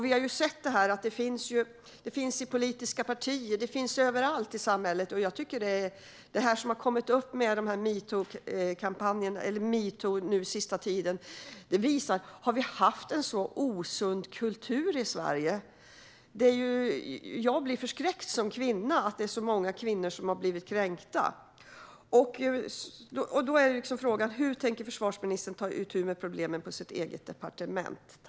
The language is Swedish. Vi har sett att det finns i politiska partier, ja överallt i samhället. Det som har kommit upp den senaste tiden i samband med metoo-uppropet har fått mig att undra. Har vi haft en så osund kultur i Sverige? Jag blir som kvinna förskräckt över att så många kvinnor har blivit kränkta. Hur tänker försvarsministern ta itu med problemen på sitt eget departement?